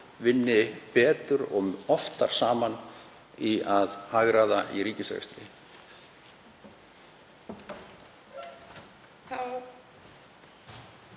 vinni betur og oftar saman í að hagræða í ríkisrekstri.